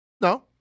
No